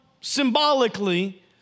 symbolically